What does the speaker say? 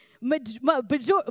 majority